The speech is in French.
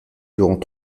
durant